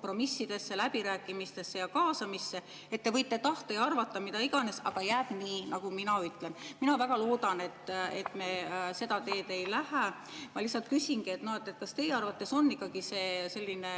kompromissidesse, läbirääkimistesse ja kaasamisse: "Te võite tahta ja arvata mida iganes, aga jääb nii, nagu mina ütlen." Mina väga loodan, et me seda teed ei lähe. Ma lihtsalt küsingi: kas teie arvates on selline